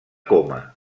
coma